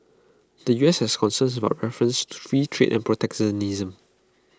the U S has concerns about references to free trade and protectionism